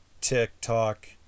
TikTok